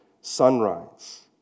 sunrise